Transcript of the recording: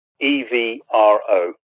E-V-R-O